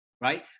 right